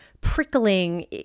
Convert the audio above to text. prickling